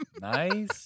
Nice